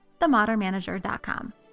themodernmanager.com